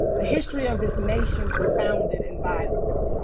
the history of this nation was founded in violence.